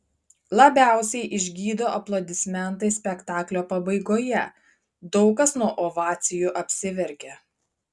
labiausiai išgydo aplodismentai spektaklio pabaigoje daug kas nuo ovacijų apsiverkia